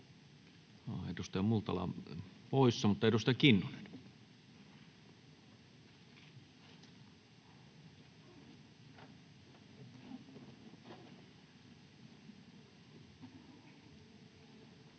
edustaja Multala on poissa. — Mutta edustaja Kinnunen. [Speech